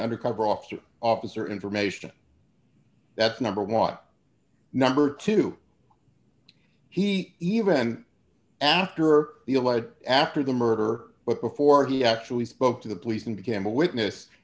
undercover officer officer information that's number one number two he even after the alleged after the murder but before he actually spoke to the police and became a witness